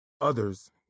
Others